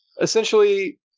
essentially –